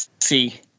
see